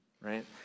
right